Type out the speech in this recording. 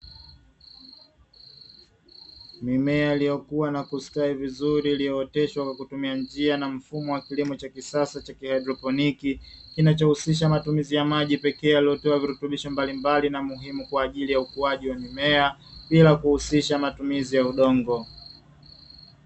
Mimea iliyokua na kustawi vizuri iliyooteshwa kwa kutumi njia na mfumo wa kilimo cha kisasa cha kihaidropini, kinachohusisha matumizi ya maji pekee yaliyotiwa virutubisho mbalimbali na muhimu kwaajili ya ukuaji wa mimea bila kuhusisha matumizi ya udongo.